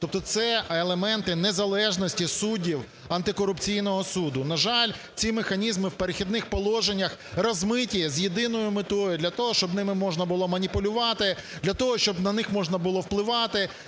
тобто це елементи незалежності суддів антикорупційного суду. На жаль, ці механізми в "Перехідних положеннях" розмиті з єдиною метою: для того щоб ними можна було маніпулювати, для того щоб на них можна було впливати,